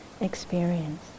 experience